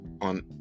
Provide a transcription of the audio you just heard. on